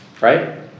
Right